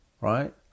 Right